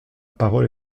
parole